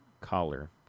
Collar